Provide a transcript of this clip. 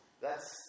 thats